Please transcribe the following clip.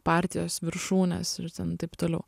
partijos viršūnės ir taip toliau